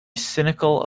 cynical